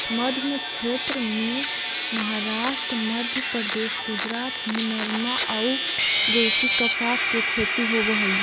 मध्मक्षेत्र में महाराष्ट्र, मध्यप्रदेश, गुजरात में नरमा अउ देशी कपास के खेती होवऽ हई